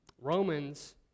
Romans